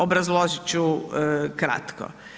Obrazložit ću kratko.